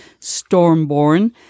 Stormborn